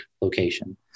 location